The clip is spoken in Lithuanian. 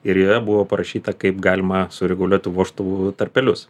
ir joje buvo parašyta kaip galima sureguliuot vožtuvų tarpelius